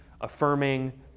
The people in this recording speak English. affirming